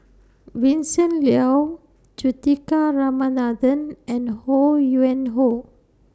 Vincent Leow Juthika Ramanathan and Ho Yuen Hoe